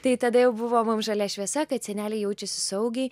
tai tada jau buvo mum žalia šviesa kad seneliai jaučiasi saugiai